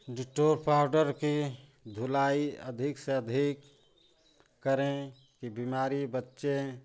Dettol powder के धुलाई अधिक से अधिक करें कि बीमारी बच्चे